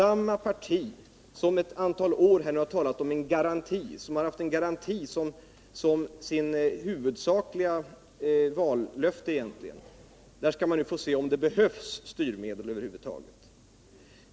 Samma parti som nu ett antal år haft en garanti på detta område som sitt huvudsakliga vallöfte anser nu att vi skall se om det behövs några styrmedel över huvud taget.